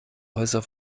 häuser